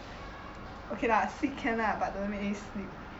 okay lah sit can lah but don't make me sleep